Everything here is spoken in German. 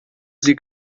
sie